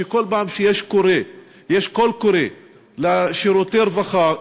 שכל פעם שיש קול קורא לשירותי רווחה,